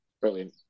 Brilliant